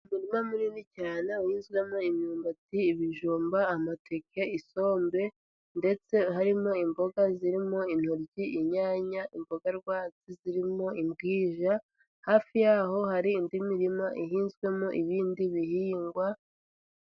Mu murima munini cyane uhinzwemo imyumbati, ibijumba, amateke, isombe ndetse harimo imboga zirimo intoryi, inyanya, imboga zirimo imbwija, hafi yaho hari indi mirima ihinzwemo ibindi bihingwa.